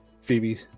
Phoebe